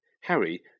Harry